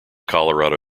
colorado